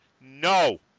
no